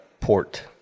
port